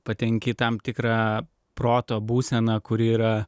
patenki į tam tikrą proto būseną kuri yra